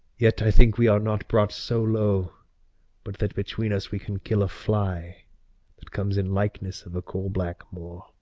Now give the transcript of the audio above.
yet, i think, we are not brought so low but that between us we can kill a fly that comes in likeness of a coal-black moor.